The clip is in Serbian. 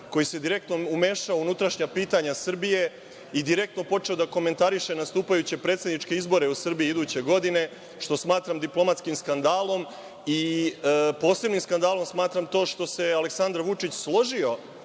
koji se direktno umešao u unutrašnja pitanja Srbije i direktno počeo da komentariše nastupajuće predsedničke izbore u Srbiji iduće godine, što smatram diplomatskim skandalom. Posebnim skandalom smatram to što se Aleksandar Vučić složio